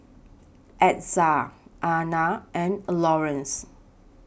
Ezzard Ana and Lawerence